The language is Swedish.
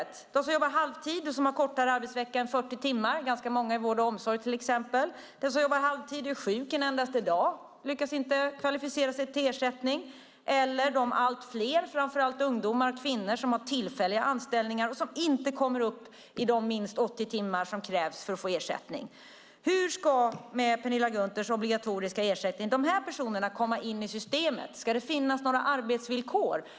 Det gäller dem som jobbar halvtid och har kortare arbetsvecka än 40 timmar, till exempel ganska många i vård och omsorg. Den som jobbar halvtid och är sjuk en endaste dag lyckas inte kvalificera sig för ersättning liksom inte heller de allt fler, framför allt ungdomar och kvinnor, som har tillfälliga anställningar och som inte kommer upp i de minst 80 timmar som krävs för att få ersättning. Hur ska de här personerna komma in i systemet med Penilla Gunthers obligatoriska ersättning? Ska det finnas några arbetsvillkor?